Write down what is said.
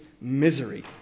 misery